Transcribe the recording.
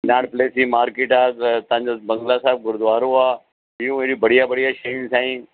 Connaught place जी market आहे त तव्हांजो बंगला साहिब गुरूद्वारो आहे ॿियूं अहिड़ियूं बढ़िया बढ़िया शयूं साईं